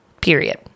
period